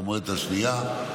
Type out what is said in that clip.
והמועמדת השנייה.